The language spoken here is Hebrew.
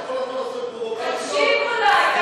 אתה כל הזמן עושה פרובוקציות, תקשיב אולי.